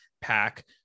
pack